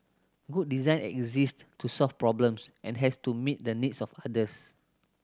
good design exist to solve problems and has to meet the needs of others